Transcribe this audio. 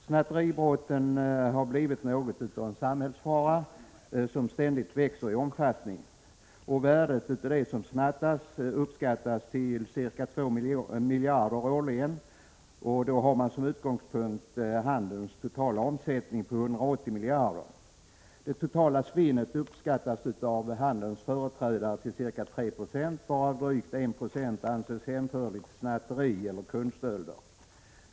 Snatteribrotten har blivit något av en samhällsfara som ständigt växer i omfattning. Man uppskattar värdet av det som snattas till ca 2 miljarder årligen, och då har man som utgångspunkt handelns totala omsättning på 180 miljarder. Det totala svinnet uppskattas av handelns företrädare till ca 3 90, varav drygt 1 90 anses hänförligt till snatteri eller kundstölder.